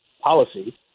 policy